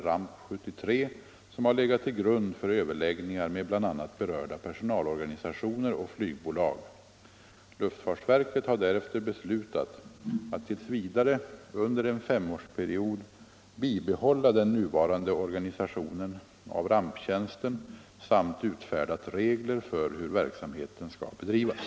Ramp 73 - som har legat till grund för överläggningar med bl.a. berörda personalorganisationer och flygbolag. Luftfartsverket har därefter beslutat att t. v. under en femårsperiod bibehålla den nuvarande organisationen av ramptjänsten samt utfärdat regler för hur verksamheten skall bedrivas.